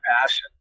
passion